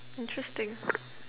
interesting